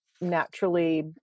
naturally